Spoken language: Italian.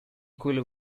quello